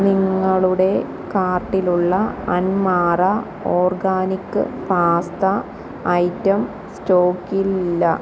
നിങ്ങളുടെ കാർട്ടിലുള്ള അൻമാറ ഓർഗാനിക്ക് പാസ്ത ഐറ്റം സ്റ്റോക്കില്ല